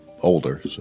older